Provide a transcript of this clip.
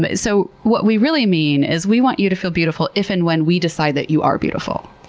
but so what we really mean is we want you to feel beautiful if and when we decide that you are beautiful.